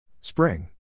Spring